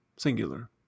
singular